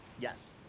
Yes